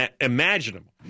imaginable